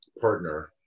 partner